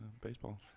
baseball